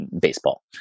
baseball